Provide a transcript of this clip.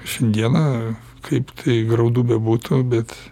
šiandieną kaip tai graudu bebūtų bet